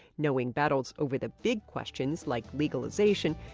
knowing battles over the big questions, like legalization,